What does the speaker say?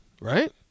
right